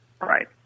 Right